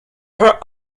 her